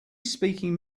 speaking